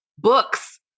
Books